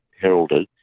heralded